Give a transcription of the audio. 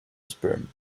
sperm